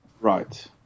Right